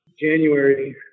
January